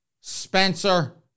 Spencer